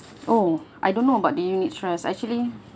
oh I don't know about the unit trust actually